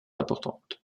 importante